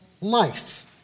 life